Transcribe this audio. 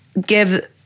give